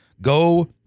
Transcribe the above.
go